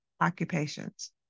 occupations